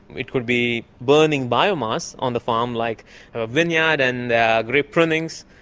it could be burning biomass on the farm, like a vineyard and the grape prunings,